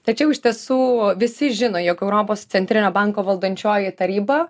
tačiau iš tiesų visi žino jog europos centrinio banko valdančioji taryba